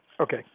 Okay